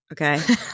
Okay